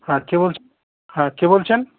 হ্যাঁ কে বলছেন হ্যাঁ কে বলছেন